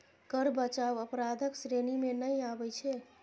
कर बचाव अपराधक श्रेणी मे नहि आबै छै